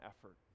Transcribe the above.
effort